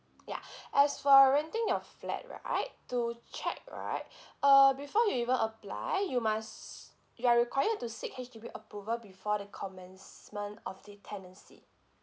ya as for renting your flat right to check right uh before you even apply you must you are required to seek H_D_B approval before the commencement of the tenancy